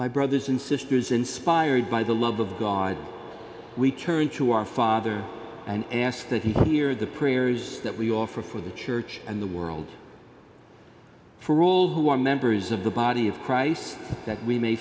my brothers and sisters inspired by the love of god we turn to our father and ask that he hear the prayers that we offer for the church and the world for all who are members of the body of christ that we may